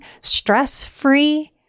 stress-free